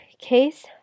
case